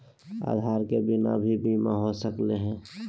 आधार के बिना भी बीमा हो सकले है?